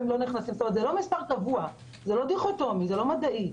זה לא מספר קבוע, זה לא דיכוטומי, זה לא מדעי.